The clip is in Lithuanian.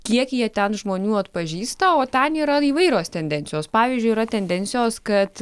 kiek jie ten žmonių atpažįsta o ten yra įvairios tendencijos pavyzdžiui yra tendencijos kad